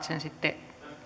sen sieltä sitten